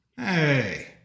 Hey